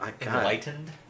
enlightened